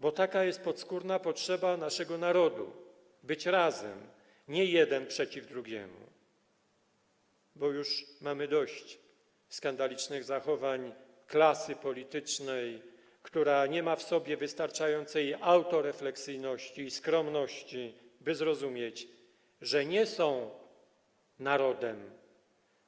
Bo taka jest podskórna potrzeba naszego narodu: być razem, nie jeden przeciw drugiemu, bo już mamy dość skandalicznych zachowań klasy politycznej, która nie ma w sobie wystarczającej autorefleksji i skromności, by zrozumieć, że nie są narodem,